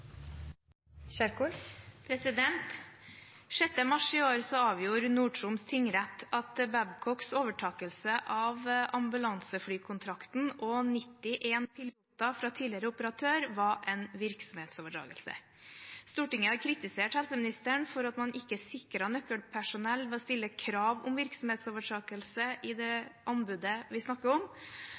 piloter fra tidligere operatør var en virksomhetsoverdragelse. Stortinget har kritisert helseministeren for at man ikke sikret nøkkelpersonell ved å stille krav om virksomhetsoverdragelse i det anbudet vi snakker om.